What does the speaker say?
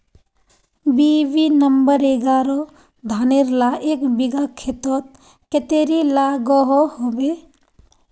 BB number एगारोह धानेर ला एक बिगहा खेतोत कतेरी लागोहो होबे?